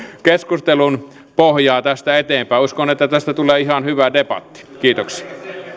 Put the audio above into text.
keskustelun pohjaa tästä eteenpäin uskon että tästä tulee ihan hyvä debatti kiitoksia